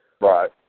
Right